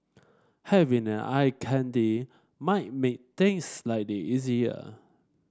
having an eye candy might make things slightly easier